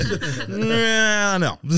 no